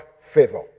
favor